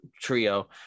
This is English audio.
Trio